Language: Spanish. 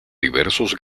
diversos